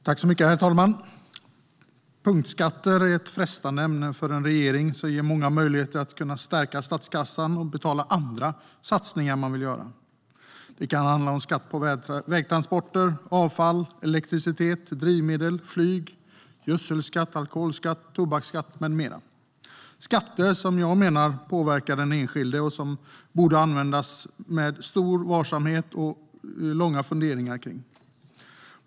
Herr talman! Punktskatter är ett frestande ämne för en regering och ger många möjligheter att stärka statskassan och betala andra satsningar man vill göra. Det kan handla om skatt på vägtransporter, avfall, elektricitet, drivmedel och flyg, gödselskatt, alkoholskatt, tobaksskatt med mera, skatter som jag menar påverkar den enskilde och som borde användas med stor varsamhet och långa funderingar.